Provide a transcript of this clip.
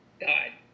Died